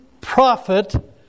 prophet